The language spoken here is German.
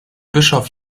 bischof